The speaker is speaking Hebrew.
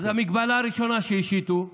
אז ההגבלה הראשונה שהשיתו,